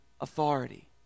authority